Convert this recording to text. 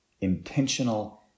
intentional